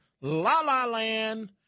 la-la-land